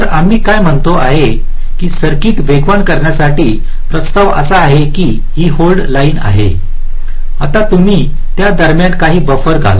तर आम्ही काय म्हणतो आहे की सर्किट वेगवान करण्यासाठी प्रस्ताव असा आहे की ही होल्ड लाइन आहे आता तुम्ही त्या दरम्यान काही बफर घाला